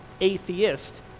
atheist